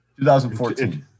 2014